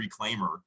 reclaimer